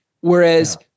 Whereas-